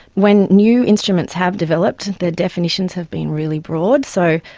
when new instruments have developed, the definitions have been really broad. so,